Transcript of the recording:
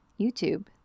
YouTube